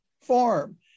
form